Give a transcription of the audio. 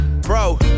bro